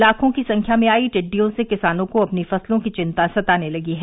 लाखों की संख्या में आयी टिड्डियों से किसानों को अपनी फसलों चिन्ता सताने लगी है